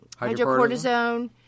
hydrocortisone